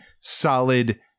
solid